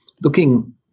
Looking